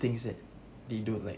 things that they do like